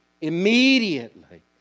immediately